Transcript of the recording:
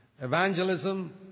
evangelism